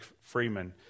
Freeman